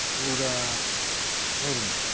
Nura Murmu